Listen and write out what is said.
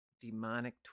demonic